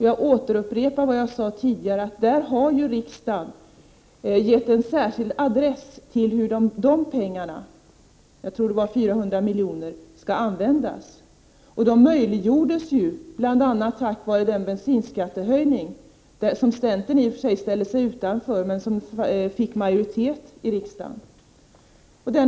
Jag upprepar att riksdagen har angivit en särskild adress då det gäller hur dessa pengar — jag tror att det var 400 milj.kr. — skall användas. Anslaget möjliggjordes bl.a. genom den bensinskattehöjning som centern inte stödde men som fick majoritet i riksdagen.